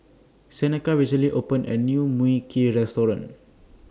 Seneca recently opened A New Mui Kee Restaurant